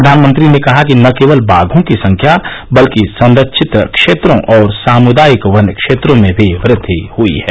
प्रधानमंत्री ने कहा कि न केवल बाघों की संख्या बल्कि संरक्षित क्षेत्रों और सामुदायिक वनक्षेत्रों में भी वृद्वि हई है